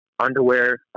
underwear